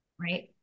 right